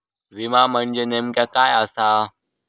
विमा म्हणजे नेमक्या काय आसा?